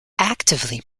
actively